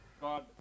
God